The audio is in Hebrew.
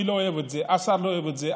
אני לא אוהב את זה, השר לא אוהב את זה.